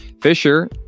Fisher